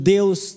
Deus